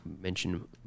mention